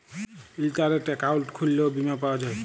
ইলটারলেট account খুইললেও বীমা পাউয়া যায়